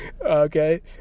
Okay